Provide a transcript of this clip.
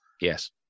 yes